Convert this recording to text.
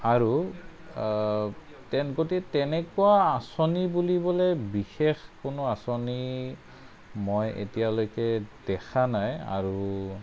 আৰু তেন গতিকে তেনেকুৱা আঁচনি বুলিবলৈ বিশেষ কোনো আঁচনি মই এতিয়ালৈকে দেখা নাই আৰু